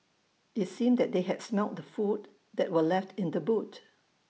IT seemed that they had smelt the food that were left in the boot